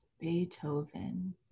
beethoven